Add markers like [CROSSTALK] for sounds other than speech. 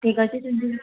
ଠିକ୍ ଅଛି [UNINTELLIGIBLE]